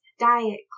diet